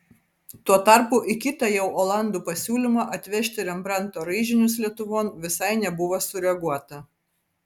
tuo tarpu į kitą jau olandų pasiūlymą atvežti rembrandto raižinius lietuvon visai nebuvo sureaguota